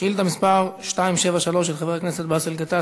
שאילתה מס' 273 של חבר הכנסת באסל גטאס